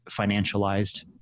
financialized